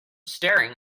staring